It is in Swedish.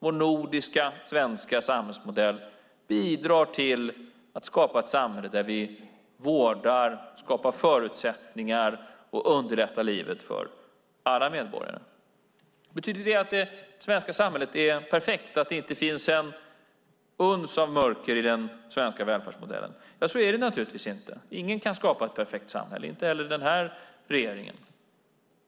Vår nordiska och svenska samhällsmodell bidrar till att skapa ett samhälle där vi vårdar, skapar förutsättningar och underlättar livet för alla medborgare. Betyder det att det svenska samhället är perfekt och att det inte finns ett uns av mörker i den svenska välfärdsmodellen? Så är det naturligtvis inte. Ingen kan skapa ett perfekt samhälle, inte heller denna regering.